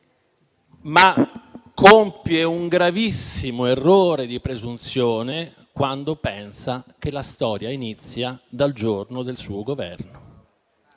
ma compie un gravissimo errore di presunzione quando pensa che la storia inizia dal giorno del suo Governo.